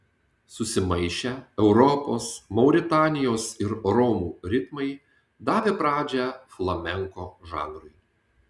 susimaišę europos mauritanijos ir romų ritmai davė pradžią flamenko žanrui